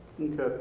Okay